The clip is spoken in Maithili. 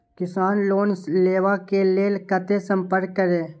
किसान लोन लेवा के लेल कते संपर्क करें?